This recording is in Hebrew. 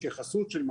אני מכיר את הסוגיה,